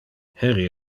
heri